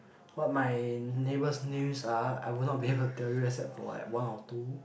what my neighbours names are I would not be able tell you except for like one or two